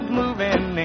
moving